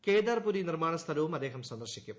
കേദാർപുരി നിർമ്മാണ സ്ഥലവും അദ്ദേഹം സന്ദർശിക്കും